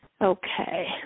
Okay